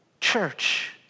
church